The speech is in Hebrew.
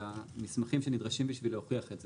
והמסמכים שנדרשים בשביל להוכיח את זה.